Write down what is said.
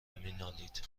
مینالید